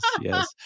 yes